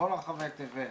מכל רחבי תבל,